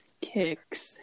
kicks